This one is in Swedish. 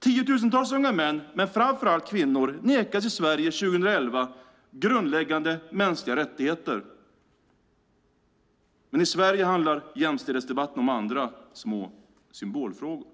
Tiotusentals unga män, men framför allt kvinnor, nekas i Sverige 2011 grundläggande mänskliga rättigheter, men i Sverige handlar jämställdhetsdebatten om andra små symbolfrågor.